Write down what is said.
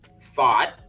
thought